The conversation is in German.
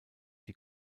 die